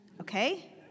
Okay